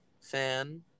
fan